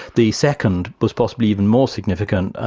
the second was possibly even more significant,